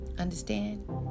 understand